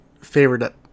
favorite